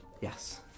Yes